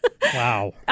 Wow